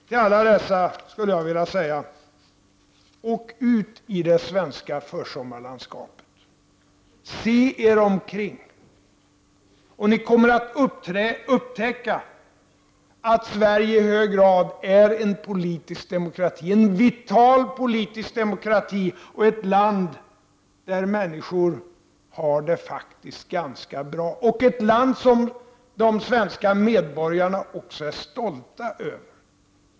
Till alla dessa vill jag säga: Åk ut i det svenska försommarlandskapet. Se er omkring! Ni kommer att upptäcka att Sverige i hög grad är en politisk demokrati, en vital politisk demokrati, och ett land där människor faktiskt har det ganska bra. Det är ett land som de svenska medborgarna också är stolta över.